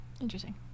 interesting